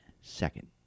Second